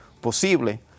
posible